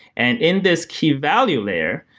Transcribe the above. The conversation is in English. and in this key value layer,